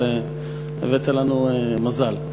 אבל הבאת לנו מזל.